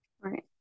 Right